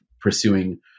pursuing